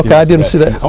i didn't see that.